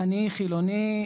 אני חילוני,